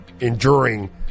enduring